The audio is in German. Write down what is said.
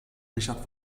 richard